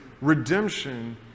redemption